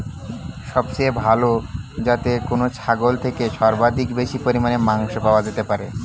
সবচেয়ে ভালো যাতে কোন ছাগল থেকে সর্বাধিক বেশি পরিমাণে মাংস পাওয়া যেতে পারে?